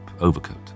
overcoat